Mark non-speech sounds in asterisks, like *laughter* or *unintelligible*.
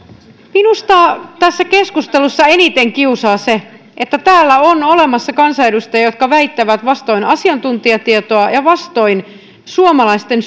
minusta tässä keskustelussa eniten kiusaa se että täällä on olemassa kansanedustajia jotka väittävät vastoin asiantuntijatietoa ja vastoin suomalaisten *unintelligible*